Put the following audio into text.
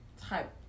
type